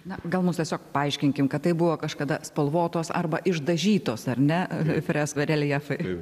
na gal mus tiesiog paaiškinkim kad tai buvo kažkada spalvotos arba išdažytos ar ne fres reljefai